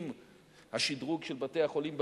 עם השדרוג של בתי-החולים בגליל,